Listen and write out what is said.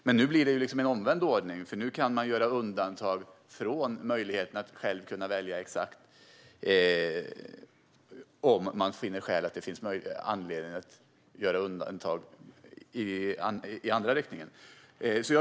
Men nu blir det liksom en omvänd ordning, för nu kan man göra undantag från möjligheten att själv välja om man finner att det finns anledning att göra undantag i andra riktningen.